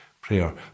prayer